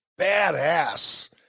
badass